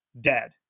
dead